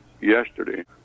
yesterday